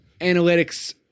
analytics